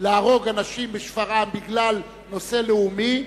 להרוג אנשים בשפרעם בגלל נושא לאומי,